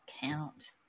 count